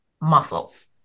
muscles